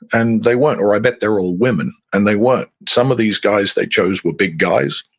and they weren't. or i bet they're all women and they weren't. some of these guys they chose were big guys.